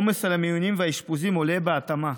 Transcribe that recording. העומס על המיונים והאשפוזים עולה בהתאמה,